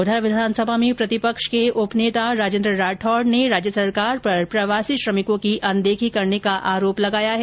उधर विधानसभा में प्रतिपक्ष के उपनेता राजेन्द्र राठौड ने राज्य सरकार पर प्रवासी श्रमिकों की अनदेखी करने का आरोप लगाया है